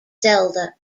zelda